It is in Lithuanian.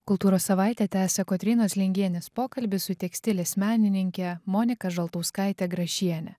kultūros savaitę tęsia kotrynos lingienės pokalbis su tekstilės menininke monika žaltauskaite grašiene